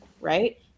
right